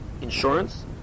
insurance